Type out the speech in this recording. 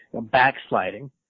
backsliding